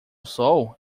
sou